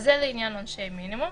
אז זה לעניין עונשי מינימום.